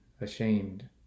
ashamed